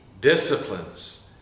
disciplines